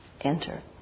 enter